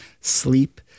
sleep